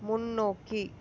முன்னோக்கி